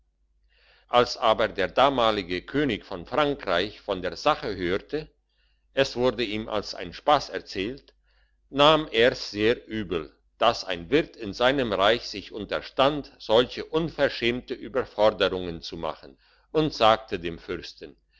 als aber der damalige könig von frankreich von der sache hörte es wurde ihm als ein spass erzählt nahm er's sehr übel dass ein wirt in seinem reich sich unterstand solche unverschämte überforderungen zu machen und sagte dem fürsten